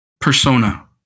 persona